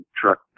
truck